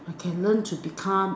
I can learn to become